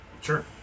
Sure